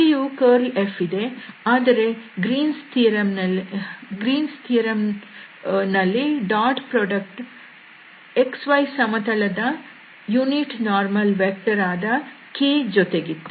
ಇಲ್ಲಿಯೂ curl F ಇದೆ ಆದರೆ ಗ್ರೀನ್ಸ್ ಥಿಯರಂ Green's Theorem ನಲ್ಲಿ ಡಾಟ್ ಉತ್ಪನ್ನವು xy ಸಮತಲದ ಏಕಾಂಶ ಲಂಬ ಸದಿಶವಾದ k ಜೊತೆಗಿತ್ತು